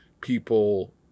people